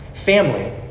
Family